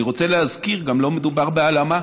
אני רוצה להזכיר, גם לא מדובר בהלאמה